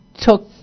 took